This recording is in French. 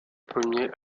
premiers